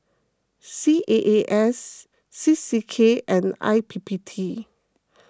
C A A S C C K and I P P T